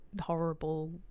horrible